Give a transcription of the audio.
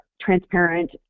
transparent